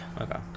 Okay